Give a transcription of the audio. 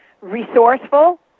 Resourceful